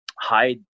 hide